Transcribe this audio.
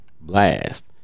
Blast